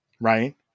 Right